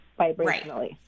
vibrationally